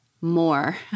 more